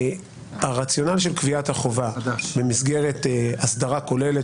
הרציונל של קביעת החובה במסגרת הסדרה כוללת